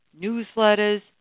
newsletters